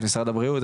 את משרד הבריאות,